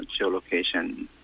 geolocation